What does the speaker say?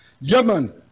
Yemen